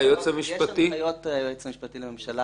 ובהנחיות היועץ המשפטי לממשלה